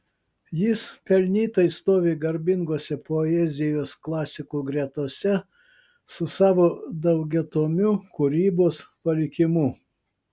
jis pelnytai stovi garbingose poezijos klasikų gretose su savo daugiatomiu kūrybos palikimu